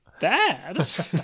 bad